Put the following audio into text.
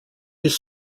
his